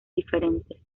diferentes